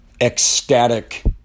ecstatic